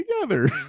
together